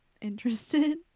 interested